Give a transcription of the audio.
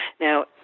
Now